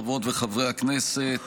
חברות וחברי הכנסת,